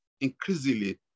increasingly